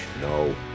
No